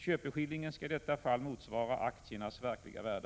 Köpeskillingen skall i detta fall motsvara aktiernas verkliga värde.